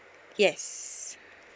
yes